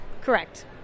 Correct